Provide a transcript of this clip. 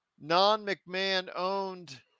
non-McMahon-owned